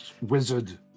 wizard